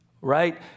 right